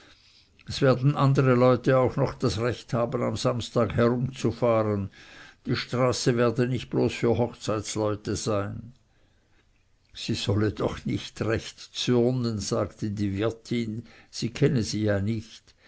es werden andere leute auch noch das recht haben am samstag herumzufahren die straße werde nicht bloß für hochzeitleute sein sie solle doch recht nicht zürnen sagte die wirtin sie kenne sie ja nicht